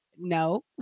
no